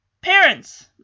Parents